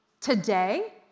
today